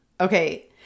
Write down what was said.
okay